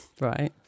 right